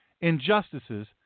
injustices